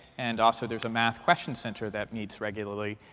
and also, there's a math question center that meets regularly,